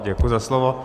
Děkuji za slovo.